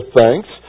thanks